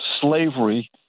slavery